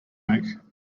make